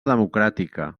democràtica